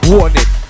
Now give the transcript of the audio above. Warning